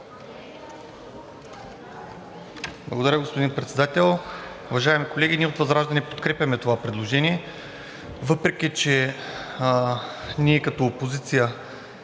Благодаря, господин Председател. Уважаеми колеги, ние от ВЪЗРАЖДАНЕ подкрепяме това предложение, въпреки че ние като опозиция